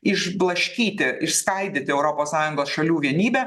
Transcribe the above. išblaškyti išskaidyti europos sąjungos šalių vienybę